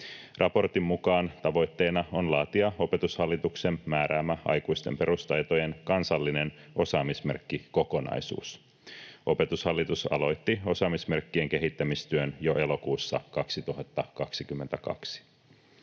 Raportin mukaan tavoitteena on laatia Opetushallituksen määräämä aikuisten perustaitojen kansallinen osaamismerkkikokonaisuus. Opetushallitus aloitti osaamismerkkien kehittämistyön jo elokuussa 2022.